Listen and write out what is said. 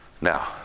now